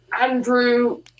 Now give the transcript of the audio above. Andrew